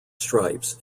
stripes